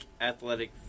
athletic